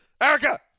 Erica